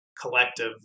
collective